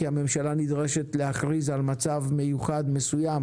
כי הממשלה נדרשת להכריז על מצב מיוחד מסוים